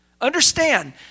Understand